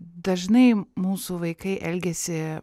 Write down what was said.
dažnai mūsų vaikai elgiasi